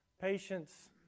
Patience